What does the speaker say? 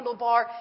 handlebar